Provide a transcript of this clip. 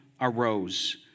arose